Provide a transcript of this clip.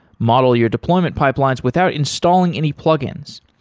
model your deployment pipelines without installing any plug-ins.